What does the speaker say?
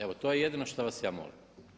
Evo to je jedino šta vas ja molim.